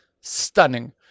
stunning